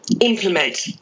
implement